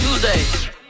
Tuesday